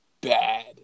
bad